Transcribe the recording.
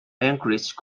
encourage